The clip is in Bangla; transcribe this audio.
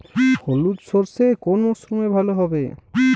হলুদ সর্ষে কোন মরশুমে ভালো হবে?